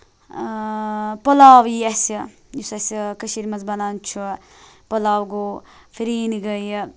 پولاو یِیہِ اَسہِ یُس اَسہِ کٔشیٖر مَنٛز بَنان چھُ پولاو گوٚو فِریٖنۍ گٔیہِ